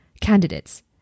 candidates